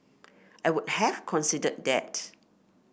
I would have considered that